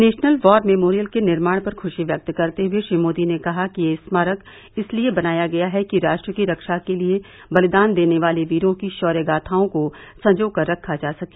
national War Memorial के निर्माण पर खुशी व्यक्त करते हुए श्री मोदी ने कहा कि यह स्मारक इसलिए बनाया गया है कि राष्ट्र की रक्षा के लिए बलिदान देने वाले वीरों की शौर्य गाथाओं को संजो कर रखा जा सके